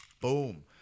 boom